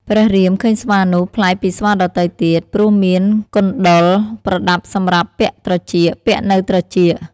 ព្រះរាម ឃើញស្វានោះប្លែកពីស្វាដទៃទៀត ព្រោះមាន កុណ្ឌល (ប្រដាប់សម្រាប់ពាក់ត្រចៀក) ពាក់នៅត្រចៀក។